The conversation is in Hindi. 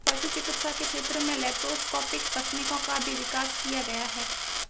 पशु चिकित्सा के क्षेत्र में लैप्रोस्कोपिक तकनीकों का भी विकास किया गया है